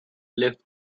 left